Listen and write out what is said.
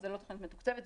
זה לא תוכנית מתוקצבת,